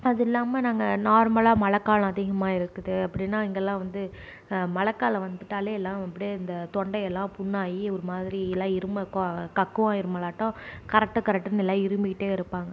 அதில்லாமல் நாங்கள் நார்மலாக மழைக்காலம் அதிகமாக இருக்குது அப்படின்னா இங்கெல்லாம் வந்து மழைக்கலாம் வந்துவிட்டாலே எல்லாம் அப்படியே இந்த தொண்டையெல்லாம் புண்ணாகி ஒரு மாதிரி எல்லாம் இருமல் கக்குவான் இருமலாட்டாம் கரட்டு கரட்டுனு எல்லாம் இருமிகிட்டே இருப்பாங்க